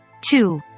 Two